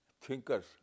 thinkers